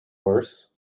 worse